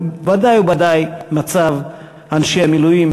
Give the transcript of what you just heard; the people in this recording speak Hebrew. ודאי וודאי מצב אנשי המילואים,